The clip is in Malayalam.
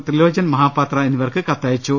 ത്രിലോചൻ മഹാപാത്ര എന്നി വർക്ക് കത്തയച്ചു